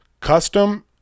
Custom